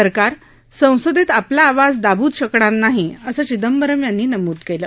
सरकार संसदेत आपला आवाज दाबू शकणार नाही असं चिदंबरम यांनी नमूद केलं